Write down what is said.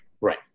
right